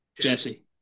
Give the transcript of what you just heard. Jesse